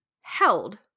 held